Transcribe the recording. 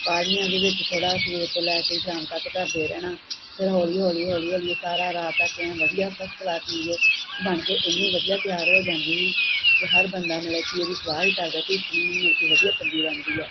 ਕਾੜ੍ਹਨੀਆਂ ਦੇ ਵਿੱਚ ਥੋੜ੍ਹਾ ਸਵੇਰ ਤੋਂ ਲੈ ਕੇ ਸ਼ਾਮ ਤੱਕ ਧਰਦੇ ਰਹਿਣਾ ਫਿਰ ਹੌਲੀ ਹੌਲੀ ਹੌਲੀ ਹੌਲੀ ਉਹ ਸਾਰਾ ਰਾਤ ਤੱਕ ਆਏਂ ਵਧੀਆ ਫਸ ਕਲਾਸ ਚੀਜ਼ ਬਣ ਕੇ ਇੰਨੀ ਵਧੀਆ ਤਿਆਰ ਹੋ ਜਾਂਦੀ ਕਿ ਹਰ ਬੰਦਾ ਮਤਲਬ ਕਿ ਉਹਦੀ ਸਲਾਹ ਹੀ ਕਰਦਾ ਪੀ ਮਿਲ ਕੇ ਵਧਿਆ ਸਬਜ਼ੀ ਬਣਦੀ ਹੈ